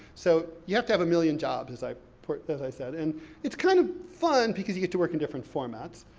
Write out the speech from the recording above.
so, you have to have a million jobs, as i as i said. and it's kind of fun, because you get to work in different formats.